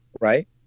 right